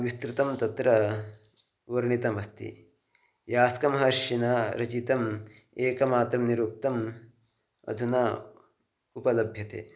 विस्तृतं तत्र वर्णितमस्ति यास्कमहर्षिना रचितम् एकमात्रं निरुक्तम् अधुना उपलभ्यते